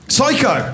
Psycho